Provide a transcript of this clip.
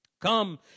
Come